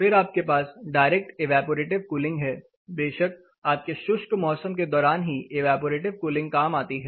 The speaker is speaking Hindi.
फिर आपके पास डायरेक्ट इवेपरेटिव कूलिंग है बेशक आपके शुष्क मौसम के दौरान ही ईवैपोरेटिव कूलिंग काम आती है